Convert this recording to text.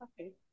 okay